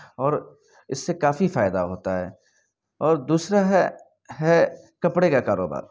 اور اس سے کافی فائدہ ہوتا ہے اور دوسرا ہے ہے کپڑے کا کاروبار